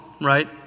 right